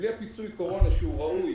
בלי פיצוי קורונה ראוי